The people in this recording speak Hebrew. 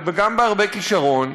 וגם בהרבה כישרון,